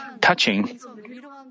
touching